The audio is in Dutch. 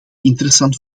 interessant